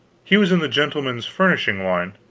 he was in the gentlemen's furnishing line,